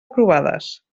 aprovades